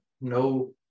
no